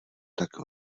tak